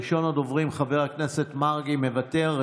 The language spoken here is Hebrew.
ראשון הדוברים, חבר הכנסת מרגי, מוותר.